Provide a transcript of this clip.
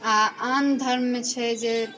आओर आन धर्ममे छै जे